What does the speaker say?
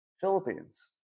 Philippines